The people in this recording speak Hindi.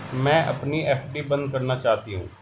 मैं अपनी एफ.डी बंद करना चाहती हूँ